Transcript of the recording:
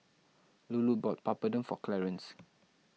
Lulu bought Papadum for Clarence